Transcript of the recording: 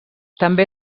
també